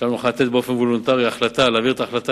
שם נוכל לאפשר החלטה באופן וולונטרי,